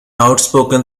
outspoken